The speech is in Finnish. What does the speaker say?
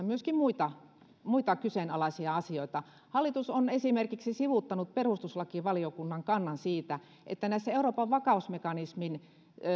myöskin muita muita kyseenalaisia asioita hallitus on esimerkiksi sivuuttanut perustuslakivaliokunnan kannan siitä että näissä euroopan vakausmekanismin